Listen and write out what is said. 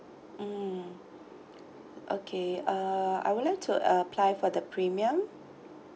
mm okay uh I would like to uh apply for the premium